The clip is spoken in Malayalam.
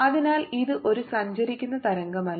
അതിനാൽ ഇത് ഒരു സഞ്ചരിക്കുന്ന തരംഗമല്ല